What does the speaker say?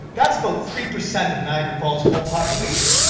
that's about three percent of niagara falls' whole population.